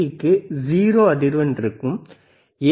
க்கு 0 அதிர்வெண் இருக்கும் ஏ